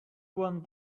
want